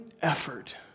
effort